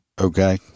okay